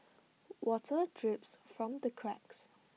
water drips from the cracks